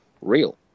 real